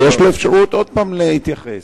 ולו יש אפשרות להגיב שוב.